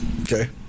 Okay